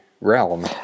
realm